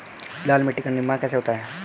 लाल मिट्टी का निर्माण कैसे होता है?